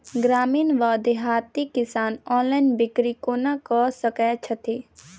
ग्रामीण वा देहाती किसान ऑनलाइन बिक्री कोना कऽ सकै छैथि?